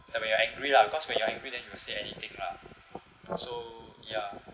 it's like when you're angry lah because when you're angry that you will say anything lah so ya